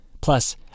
Plus